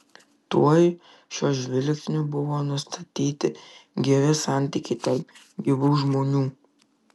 tuoj šiuo žvilgsniu buvo nustatyti gyvi santykiai tarp gyvų žmonių